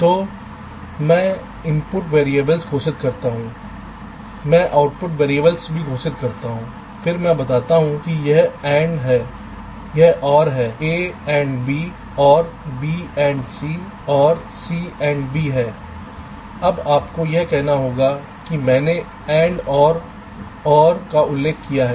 तो मैं input variables घोषित करता हूं मैं आउटपुट वेरिएबल्स भी घोषित करता हूं फिर मैं यह बताता हूं कि यह AND है और यह OR a AND b OR b AND c OR c AND d है अब आपको यह कहना होगा कि मैंने AND और OR का उल्लेख किया है